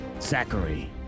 Zachary